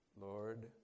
Lord